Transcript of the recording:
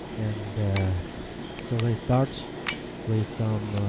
and so we start with some